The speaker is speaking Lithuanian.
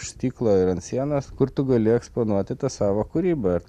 už stiklo ar ant sienos kur tu gali eksponuoti tą savo kūrybą